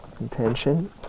intention